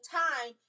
time